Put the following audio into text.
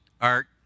art